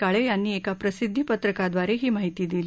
काळे यांनी एका प्रसिद्धीपत्रकाद्वारे ही माहिती दिली